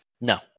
No